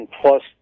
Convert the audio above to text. plus